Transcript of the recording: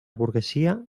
burgesia